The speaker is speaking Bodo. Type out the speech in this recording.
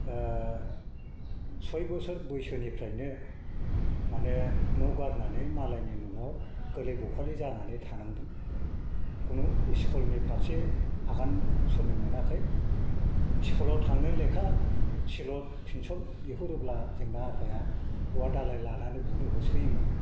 सय बोसोर बैसोनिफ्रायनो माने न' गारनानै मालायनि न'आव गोरलै बखालि जानानै थानांदों कुनु स्कुल नि फारसे आगान सुरनो मोनाखै स्कुल आव थांनो लेखा सिलर पेन्सिल बेफोर होबा जोंना आफाया औवा दालाय लानानै बुनो होसोयोमोन